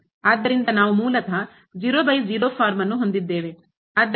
ಆದ್ದರಿಂದ ನಾವು ಮೂಲತಃ ಫಾರ್ಮ್ ಅನ್ನು ಹೊಂದಿದ್ದೇವೆ